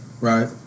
right